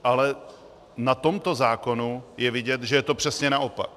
Ale na tomto zákonu je vidět, že je to přesně naopak.